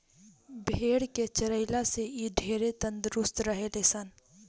भेड़ के चरइला से इ ढेरे तंदुरुस्त रहे ले सन